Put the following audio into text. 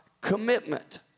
commitment